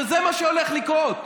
זה מה שהולך לקרות.